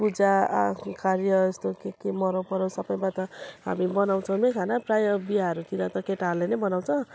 पूजा कार्य यस्तो के के मरौ परौ सबैमा त हामी बनाउँछौँ नै खाना प्रायः बिहाहरूतिर त केटाहरूले नै बनाउँछ